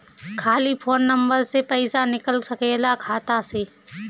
खाली phone number से पईसा निकल सकेला खाता से?